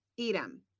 Edom